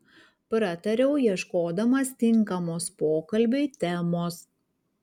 pratariau ieškodamas tinkamos pokalbiui temos